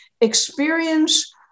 experience